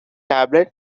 tablet